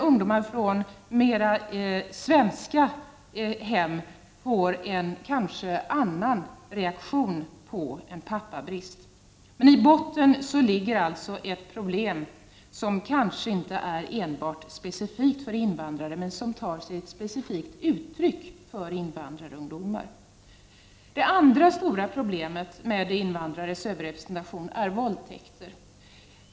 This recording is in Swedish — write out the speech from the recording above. Ungdomar från mer svenska hem får kanske en annan reaktion på en pappabrist. I botten ligger alltså ett problem som kanske inte är specifikt för invandrare men som tar sig ett specifikt uttryck hos invandrarungdomar. Det andra stora problemet med invandrares överrepresentation när det gäller brottslighet är våldtäkter.